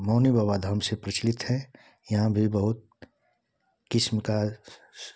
मौनु बाबाधाम से प्रचलित है यहाँ भी बहुत किस्म का